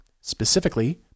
specifically